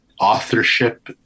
authorship